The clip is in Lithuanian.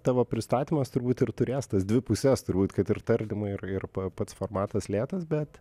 tavo pristatymas turbūt ir turės tas dvi puses turbūt kad ir tardymai ir ir pats formatas lėtas bet